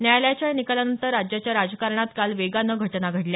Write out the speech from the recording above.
न्यायालयाच्या या निकालानंतर राज्याच्या राजकारणात काल वेगानं घटना घडल्या